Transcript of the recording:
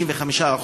55%,